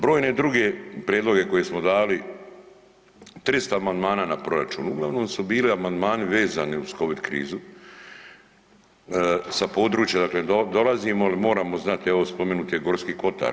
Brojne druge prijedloge koje smo dali, 300 amandmana na proračun, uglavnom su bili amandmani vezani uz COVID krizu sa područja dakle dolazimo, ali moramo znati evo spomenut je Gorski kotar.